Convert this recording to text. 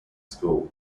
school